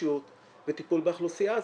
נחישות וטיפול באוכלוסייה הזאת,